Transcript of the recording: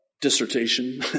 dissertation